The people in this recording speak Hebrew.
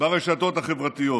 ברשתות החברתיות.